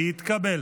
התקבל.